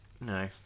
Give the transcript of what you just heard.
No